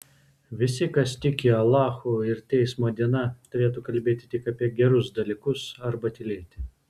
visi kas tiki alachu ir teismo diena turėtų kalbėti tik apie gerus dalykus arba tylėti